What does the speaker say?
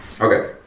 Okay